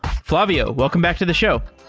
flavio, welcome back to the show.